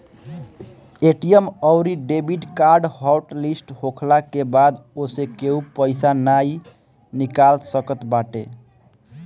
ATM अउरी debit card hot list होखला के बाद ओसे केहू पईसा नाइ निकाल सकत बाटे